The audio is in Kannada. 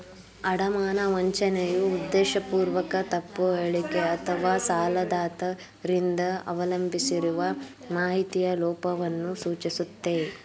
ಅಡಮಾನ ವಂಚನೆಯು ಉದ್ದೇಶಪೂರ್ವಕ ತಪ್ಪು ಹೇಳಿಕೆ ಅಥವಾಸಾಲದಾತ ರಿಂದ ಅವಲಂಬಿಸಿರುವ ಮಾಹಿತಿಯ ಲೋಪವನ್ನ ಸೂಚಿಸುತ್ತೆ